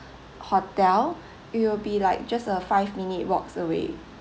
hotel it will be like just a five minute walks away